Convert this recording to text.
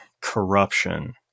corruption